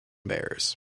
bears